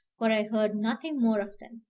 for i heard nothing more of them.